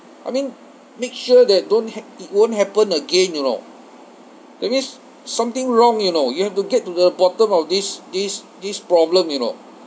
I mean make sure that don't ha~ it won't happen again you know that means something wrong you know you have to get to the bottom of this this this problem you know